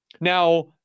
Now